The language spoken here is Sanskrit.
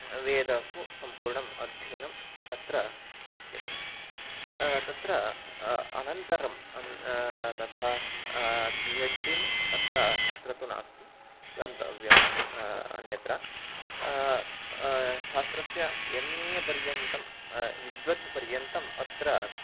वेदासु सम्पूर्णम् अध्ययनम् अत्र शक्यते तत्र अनन्तरम् अन्यत् तथा पि हेच् डिम् अत्र अत्र तु नास्ति गन्तव्यम् अन्यत्र शास्त्रस्य एम् ए पर्यन्तं विद्वत् पर्यन्तम् अत्र